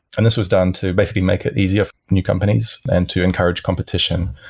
and this was done to basically make it easier for new companies and to encourage competition,